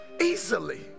easily